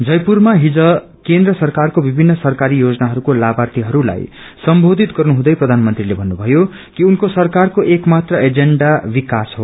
जयपुरमा हिज केन्द्र सरकारको विभिन्न सरकारी योजनाहरूको लाभार्यीहरूलाई सम्बोधित गर्नुहँदै प्रधानमन्त्रीले भन्नुभयो कि उनको सरकारको एकमात्र एजेण्डा विकास हो